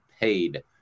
paid